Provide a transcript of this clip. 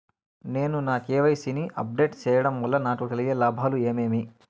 నేను నా కె.వై.సి ని అప్ డేట్ సేయడం వల్ల నాకు కలిగే లాభాలు ఏమేమీ?